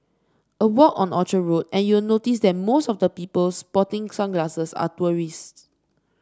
a walk on Orchard Road and you'll notice that most of the people sporting sunglasses are tourists